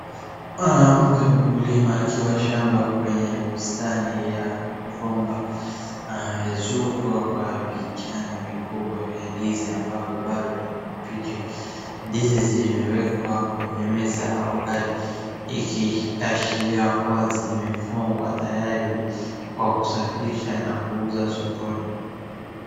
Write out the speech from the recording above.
Mwanamke mkulima akiwa shamba kwenye bustani ya migomba. Anaezuko kwa vichana vikubwa vya ndizi ambavyo bado ni mbichi. Ndizi zimewekwa kwenye meza au gari ikiashia kuwa zimefungwa tayari kwa kusafirisha na kuuzwa sokoni.